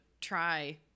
try